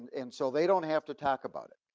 and so they don't have to talk about it.